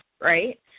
right